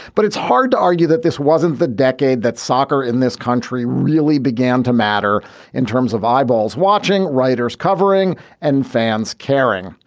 but it's hard to argue that this wasn't the decade that soccer in this country really began to matter in terms of eyeballs watching, writers covering and fans caring.